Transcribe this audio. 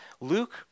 Luke